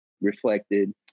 reflected